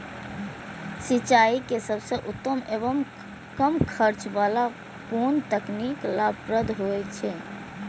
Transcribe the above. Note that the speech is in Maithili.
सिंचाई के सबसे उत्तम एवं कम खर्च वाला कोन तकनीक लाभप्रद होयत छै?